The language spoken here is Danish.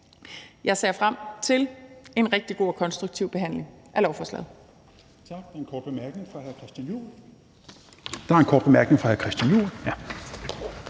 Jeg ser frem til en rigtig god og konstruktiv behandling af lovforslaget.